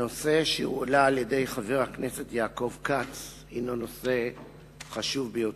הנושא שהעלה חבר הכנסת יעקב כץ הינו נושא חשוב ביותר.